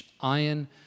Iron